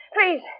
Please